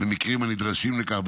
במקרים הנדרשים לכך,